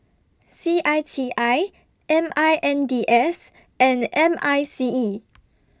C I T I M I N D S and M I C E